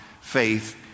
faith